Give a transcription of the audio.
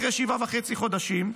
אחרי שבעה וחצי חודשים.